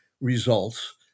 results